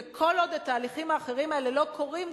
וכל עוד התהליכים האחרים האלה לא קורים,